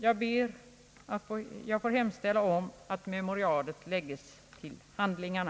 Jag får hemställa om att memorialet läggs till handlingarna.